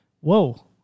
whoa